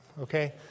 Okay